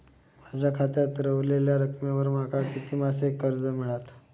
माझ्या खात्यात रव्हलेल्या रकमेवर माका किती मासिक कर्ज मिळात?